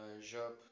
job